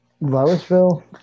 Louisville